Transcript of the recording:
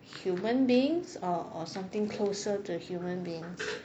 human beings or or something closer to human beings